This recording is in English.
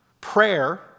prayer